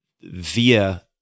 via